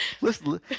Listen